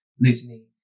listening